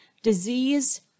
disease